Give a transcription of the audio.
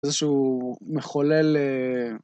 איזשהו מחולל...